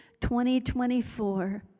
2024